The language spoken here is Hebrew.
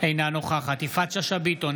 אינה נוכחת יפעת שאשא ביטון,